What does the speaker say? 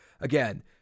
again